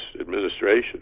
administration